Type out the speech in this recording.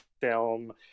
film